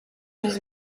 his